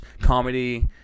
comedy